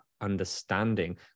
understanding